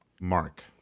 Mark